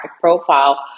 profile